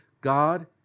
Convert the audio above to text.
God